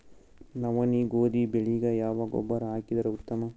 ನವನಿ, ಗೋಧಿ ಬೆಳಿಗ ಯಾವ ಗೊಬ್ಬರ ಹಾಕಿದರ ಉತ್ತಮ?